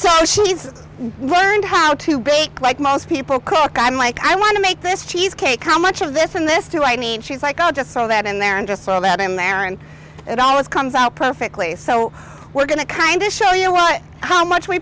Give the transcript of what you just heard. so she's learned how to bake like most people cook i'm like i want to make this cheesecake how much of this in this do i need she's like oh just throw that in there and just sort of that american it always comes out perfectly so we're going to kind of show you what how much we